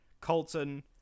colton